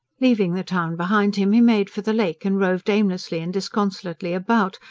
leaving the town behind him he made for the lake, and roved aimlessly and disconsolately about,